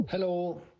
Hello